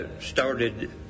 started